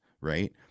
right